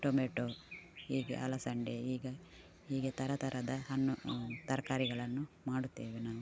tomato ಹೀಗೆ ಅಲಸಂಡೆ ಈಗ ಹೀಗೆ ಥರ ಥರದ ಹಣ್ಣು ತರಕಾರಿಗಳನ್ನು ಮಾಡುತ್ತೇವೆ ನಾವು